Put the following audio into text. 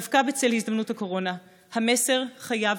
דווקא בצל הזדמנות הקורונה המסר חייב